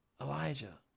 Elijah